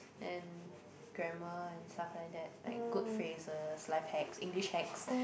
and grammar and stuff like that like good phrases life hacks English hacks